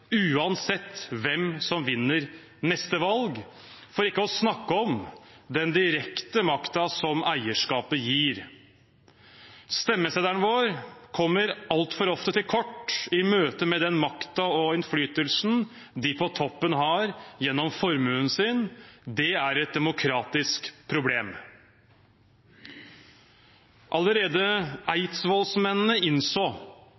uansett hvem som vinner neste valg, for ikke å snakke om den direkte makten som eierskapet gir. Stemmeseddelen vår kommer altfor ofte til kort i møte med den makten og innflytelsen de på toppen har gjennom formuen sin. Det er et demokratisk problem. Allerede eidsvollsmennene innså